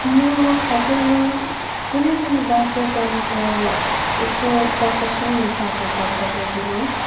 म खासैमा कुनै पनि वाद्य तन्त्र यस्तो प्रफेस्नल हिसाबले त बजाउँदिनँ